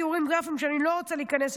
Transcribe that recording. תיאורים גרפיים שאני לא רוצה להיכנס,